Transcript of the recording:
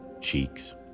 cheeks